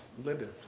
linda